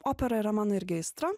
opera yra mano irgi aistra